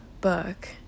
book